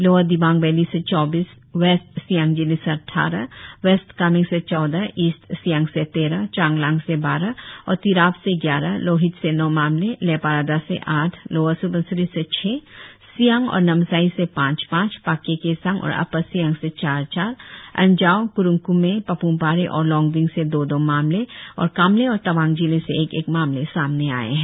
lower Dibang valley से चौबीस west Siang जिले से अट्ठारह वेस्ट कामेंग से चौदह ईस्ट सियांग से तेरह चांगलांग से बारह और तिराप से ग्यारह लोहित से नौ मामले लेपारादा से आठ लोअर स्बनसिरी से छह सियांग और नामसाई से पांच पांच पाक्के केसांग और अपर सियांग से चार चार अंजाव क्रुंग क्मे पाप्मपारे और लोंगडिंग से दो दो मामले और कामले और तवांग जिले से एक एक मामले सामने आए है